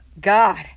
God